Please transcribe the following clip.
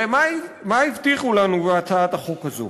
הרי מה הבטיחו לנו בהצעת החוק הזאת?